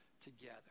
together